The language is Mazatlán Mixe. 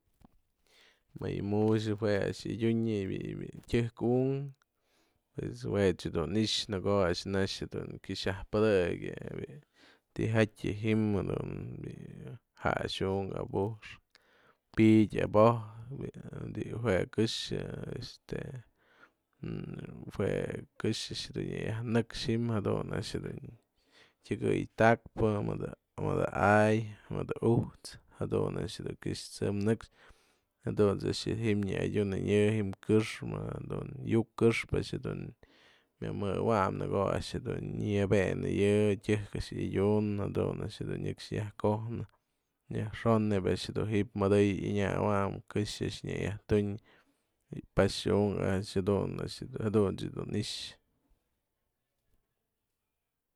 Më yë mu'uxë jue a'ax adynë bi'i bi'i tëjk unkë pues jue ech dun i'ixë në ko'o a'ax këx yaj pëdëk yëbi'ik ti'ijatyë yë ji'im bi'i ja'ax unkë abuxkë, pi'idyë abo'ojkë, bi'i jue këxë este jue këxë a'ax dun nyayajnëk ji'im jadun a'ax jadun a'ax dun tyakëy ta'akpë mëdë a'ay mëdë ujt's jadun a'ax dun kyaxt'sem nëkxë jadunt's ji'im nya'adiunëyë ji'im këxpë madun yu'uk këxpë dun myamëwany në ko'o a'ax dun nyanëpenëyë tëjk a'ax ya'adyun jadun a'ax dun yajko'ojna yajxon neib a'ax dun mëdëyë ënyawanyën këxë a'ax nya yajtu'un bi'i pa'ax unkë a'ax jadun dun i'ixë.